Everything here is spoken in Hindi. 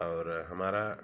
और हमारा